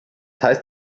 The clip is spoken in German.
heißt